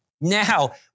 Now